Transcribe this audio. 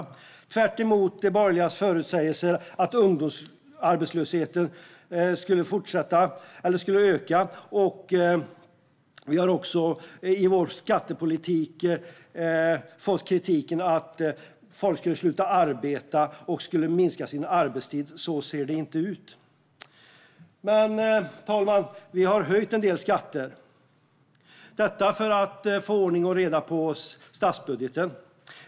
Det har blivit tvärtemot de borgerligas förutsägelser att ungdomsarbetslösheten skulle öka. Vi har fått kritiken att vår skattepolitik skulle göra att människor skulle sluta arbeta och minska sin arbetstid. Så ser det inte ut. Fru talman! Vi har höjt en del skatter för att få ordning och reda på statsbudgeten.